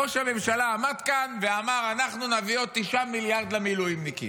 ראש הממשלה עמד כאן ואמר: אנחנו נביא עוד 9 מיליארד למילואימניקים.